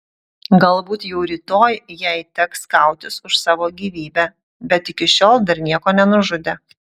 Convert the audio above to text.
galbūt jau rytoj jai teks kautis už savo gyvybę bet iki šiol dar nieko nenužudė